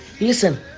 listen